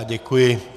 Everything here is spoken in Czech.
Děkuji.